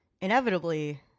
inevitably